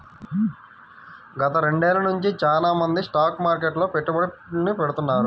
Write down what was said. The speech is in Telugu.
గత రెండేళ్ళ నుంచి చానా మంది స్టాక్ మార్కెట్లో పెట్టుబడుల్ని పెడతాన్నారు